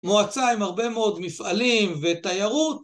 מועצה עם הרבה מאוד מפעלים ותיירות.